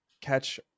catch